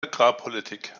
agrarpolitik